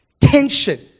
Tension